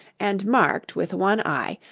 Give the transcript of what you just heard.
and marked, with one eye,